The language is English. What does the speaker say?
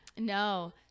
No